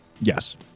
Yes